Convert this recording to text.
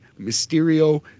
Mysterio